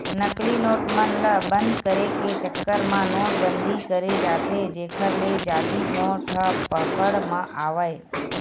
नकली नोट मन ल बंद करे के चक्कर म नोट बंदी करें जाथे जेखर ले जाली नोट ह पकड़ म आवय